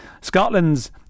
Scotland's